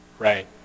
Right